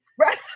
Right